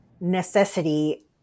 necessity